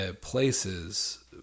places